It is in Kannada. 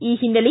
ಈ ಹಿನ್ನೆಲೆ